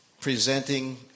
presenting